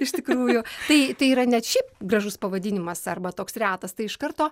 iš tikrųjų tai tai yra net šiaip gražus pavadinimas arba toks retas tai iš karto